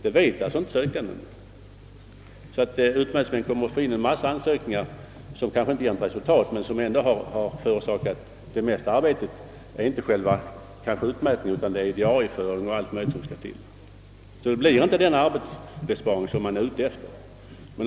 Utmätningsmannen kommer därför att få en mängd ansökningar som kanske inte ger något resultat men som ändå förorsakar honom arbete. Det är nämligen inte själva utmätningen utan diarieföringen m.m. som medför det mesta arbetet. Man kommer därför inte att uppnå den önskade arbetsbesparingen.